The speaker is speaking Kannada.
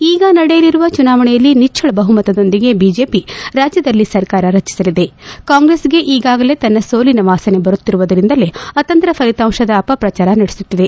ಈಗ ನಡೆಯಲಿರುವ ಚುನಾವಣೆಯಲ್ಲಿ ನಿಟ್ಟಳ ಬಹುಮತದೊಂದಿಗೆ ಬಿಜೆಪಿ ರಾಜ್ಯದಲ್ಲಿ ಸರ್ಕಾರ ರಚಿಸಲಿದೆ ಕಾಂಗ್ರೆಸ್ಗೆ ಈಗಾಗಲೇ ತನ್ನ ಸೋಲಿನ ವಾಸನೆ ಬರುತ್ತಿರುವುದರಿಂದಲೇ ಅತಂತ್ರ ಫಲಿತಾಂಶದ ಅಪಪ್ರಚಾರ ನಡೆಸುತ್ತಿದೆ